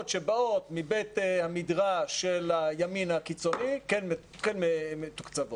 שבאות מבית המדרש של הימין הקיצוני כן מתוקצבות.